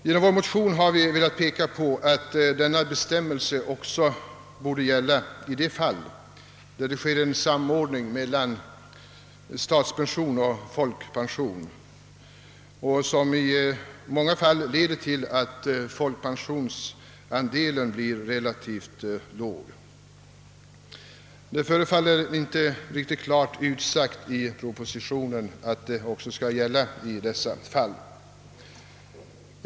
Genom vår motion har vi velat peka på att denna bestämmelse också borde gälla i de fall där det sker en samordning mellan statspension och folkpension, något som i många fall leder till att folkpensionsandelen blir relativt liten. Det förefaller inte riktigt klart utsagt i propositionen, att bestämmelsen skall gälla även i de fall som aktualiseras i motionerna.